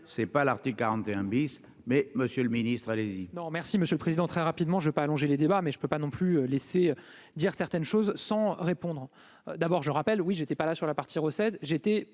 c'est pas l'article 41 bis, mais Monsieur le Ministre, allez-y.